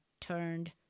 turned